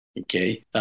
Okay